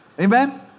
Amen